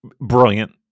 brilliant